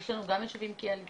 כי יש לנו גם יישובים קהילתיים,